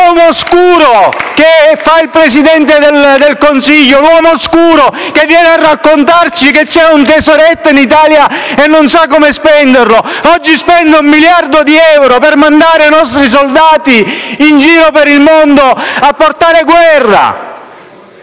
L'uomo oscuro che fa il Presidente del Consiglio, che viene a raccontarci che c'è un tesoretto in Italia e non sa come spenderlo, oggi spende un miliardo di euro per mandare i nostri soldati in giro per il mondo a portare guerra.